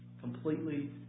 completely